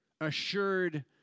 assured